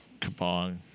Kabong